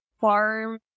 farm